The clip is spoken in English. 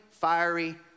fiery